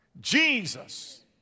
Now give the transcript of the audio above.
Jesus